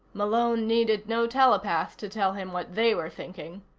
malone needed no telepath to tell him what they were thinking.